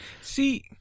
See